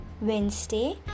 Wednesday